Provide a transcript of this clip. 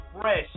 fresh